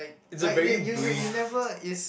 like like they you you you never is